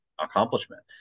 accomplishment